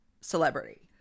celebrity